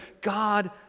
god